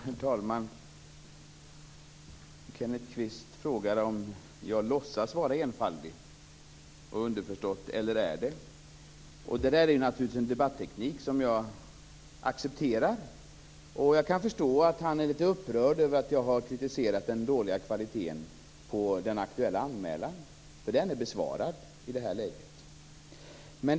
Herr talman! Kenneth Kvist frågar om jag låtsas vara enfaldig - underförstått är det. Det är naturligtvis en debatteknik som jag accepterar. Jag kan förstå att han är litet upprörd över att jag har kritiserat den dåliga kvaliteten på den aktuella anmälan. Den är vid det här läget besvarad.